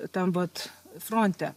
tam vat fronte